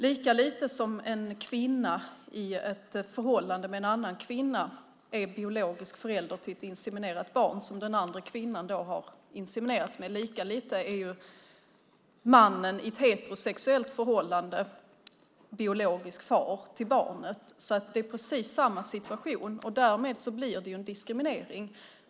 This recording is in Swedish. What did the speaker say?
Lika lite som en kvinna i ett förhållande med en annan kvinna är biologisk förälder till ett inseminerat barn hos den andra kvinnan, lika lite är mannen i ett heterosexuellt förhållande biologisk far till barnet. Det är precis samma situation. Därmed blir det en diskriminering.